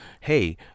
hey